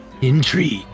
Intrigue